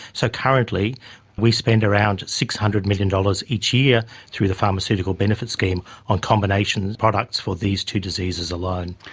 so currently currently we spend around six hundred million dollars each year through the pharmaceutical benefits scheme on combination products for these two diseases alone.